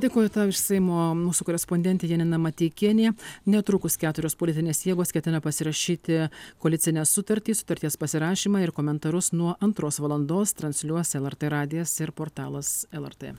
dėkoju tau iš seimo mūsų korespondentė janina mateikienė netrukus keturios politinės jėgos ketina pasirašyti koalicinę sutartį sutarties pasirašymą ir komentarus nuo antros valandos transliuos lrt radijas ir portalas lrt